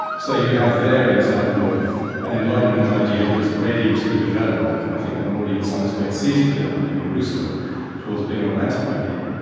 so you have there an example of an enlightenment idea that's ready to develop and i think one already in some respects sees it developing in rousseau towards being a romantic idea.